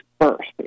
first